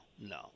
No